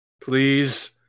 Please